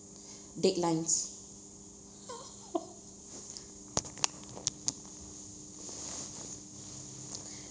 deadlines